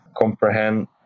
comprehend